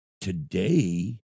today